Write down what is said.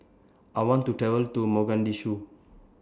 I want to travel to Mogadishu